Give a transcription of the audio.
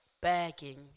begging